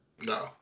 No